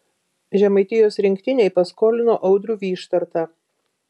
žemaitijos rinktinei paskolino audrių vyštartą